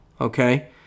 okay